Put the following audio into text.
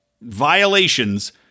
violations